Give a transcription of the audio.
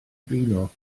blino